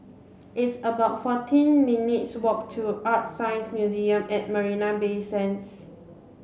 it's about fourteen minutes' walk to ArtScience Museum at Marina Bay Sands